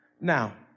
Now